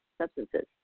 substances